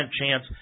chance